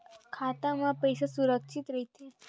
खाता मा पईसा सुरक्षित राइथे?